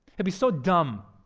he'll be so dumb